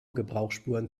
gebrauchsspuren